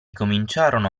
cominciarono